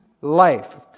life